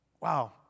Wow